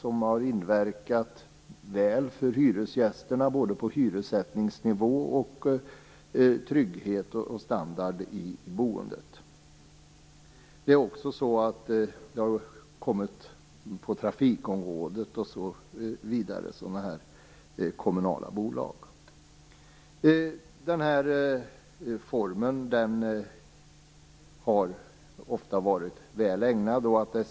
De har inverkat väl för hyresgästerna när det gäller både hyressättningsnivå och trygghet och standard i boendet. Det har även på trafikområdet och andra områden tillkommit kommunala bolag. Denna form har ofta varit väl ägnad ändamålet.